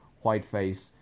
white-face